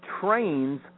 trains